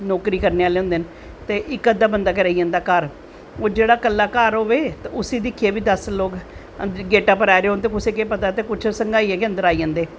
नौकरी करनें आह्ले होंदे ते इक्क अध्दा गै बंदा गै रेही जंदा घर ते जेह्ड़ा कल्ला घर होऐ ते उसी दिक्खियै बी दस लोग गेटा पर आए दे होंदे त् कुश संघाइयै गै अन्दर आई जंदे